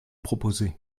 proposez